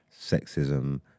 sexism